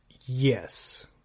Yes